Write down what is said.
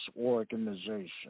organization